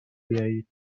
بیایید